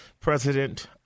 President